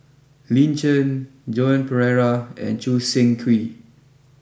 Lin Chen Joan Pereira and Choo Seng Quee